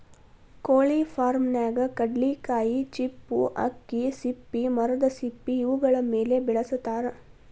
ಕೊಳಿ ಫಾರ್ಮನ್ಯಾಗ ಕಡ್ಲಿಕಾಯಿ ಚಿಪ್ಪು ಅಕ್ಕಿ ಸಿಪ್ಪಿ ಮರದ ಸಿಪ್ಪಿ ಇವುಗಳ ಮೇಲೆ ಬೆಳಸತಾರ